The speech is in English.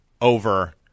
over